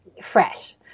fresh